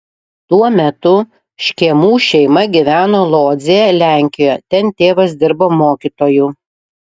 tuo metu škėmų šeima gyveno lodzėje lenkijoje ten tėvas dirbo mokytoju